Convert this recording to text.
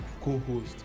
co-host